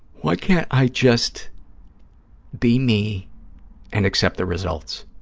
why can't i just be me and accept the results?